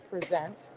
present